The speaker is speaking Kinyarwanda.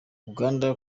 uganda